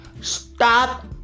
Stop